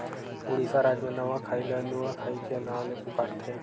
उड़ीसा राज म नवाखाई ल नुआखाई के नाव ले पुकारथे